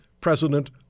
president